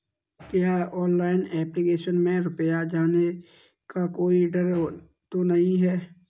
क्या online application में रुपया जाने का कोई डर तो नही है?